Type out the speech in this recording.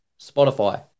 Spotify